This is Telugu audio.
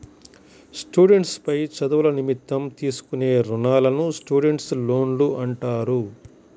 స్టూడెంట్స్ పై చదువుల నిమిత్తం తీసుకునే రుణాలను స్టూడెంట్స్ లోన్లు అంటారు